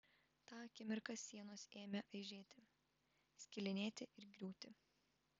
tą akimirką sienos ėmė aižėti skilinėti ir griūti